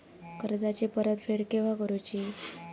कर्जाची परत फेड केव्हा करुची?